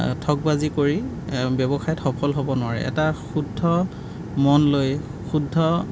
ঠগ বাজি কৰি ব্যৱসায়ত সফল হ'ব নোৱাৰে এটা শুদ্ধ মন লৈ শুদ্ধ